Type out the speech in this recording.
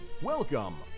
Welcome